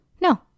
no